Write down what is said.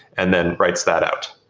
and then writes that out.